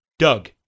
Doug